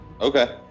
Okay